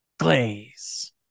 glaze